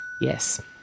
Yes